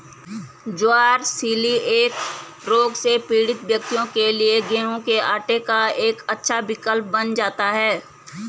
ज्वार coeliac रोग से पीड़ित व्यक्तियों के लिए गेहूं के आटे का एक अच्छा विकल्प बन जाता है